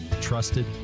trusted